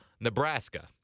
Nebraska